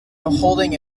holding